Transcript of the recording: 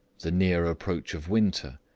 the near approach of winter,